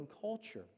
culture